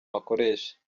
akoresha